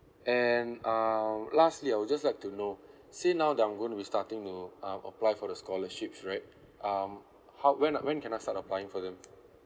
and um lastly I'd just like to know say now that I'm gonna be starting to um apply for the scholarships right um how when when can I start applying for them